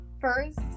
first